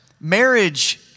Marriage